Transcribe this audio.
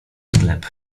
sklep